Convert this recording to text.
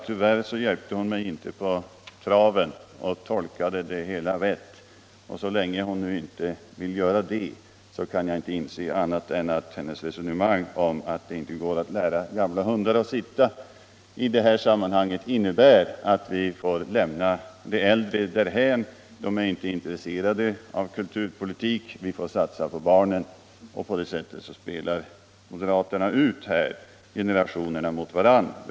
Tyvärr hjälpte hon mig inte på traven att tolka det rätt, och så länge hon inte vill göra det kan jag inte inse annat än att hennes resonemang om att det inte går att lära gamla hundar sitta i det här sammanhanget innebär att vi får lämna de äldre därhän. De är inte intresserade av kulturpolitik. Vi får satsa på barnen. — På det sättet spelar moderaterna ut generationerna mot varandra.